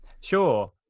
sure